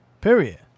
Period